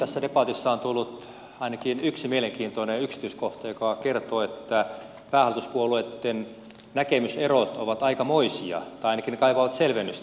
tässä debatissa on tullut ainakin yksi mielenkiintoinen yksityiskohta joka kertoo että päähallituspuolueitten näkemyserot ovat aikamoisia tai ainakin kaipaavat selvennystä